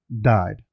died